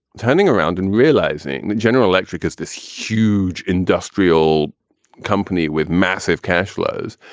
turning around and realizing that general electric is this huge industrial company with massive cash flows,